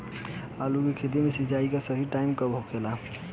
आलू के खेती मे सिंचाई के सही टाइम कब होखे ला?